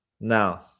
Now